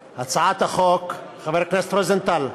חבר הכנסת רוזנטל,